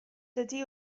dydi